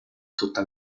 tutta